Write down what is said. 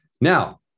Now